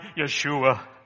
Yeshua